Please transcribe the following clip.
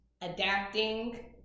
adapting